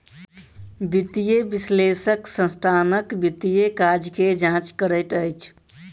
वित्तीय विश्लेषक संस्थानक वित्तीय काज के जांच करैत अछि